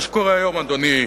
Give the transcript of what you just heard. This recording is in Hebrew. מה שקורה היום, אדוני,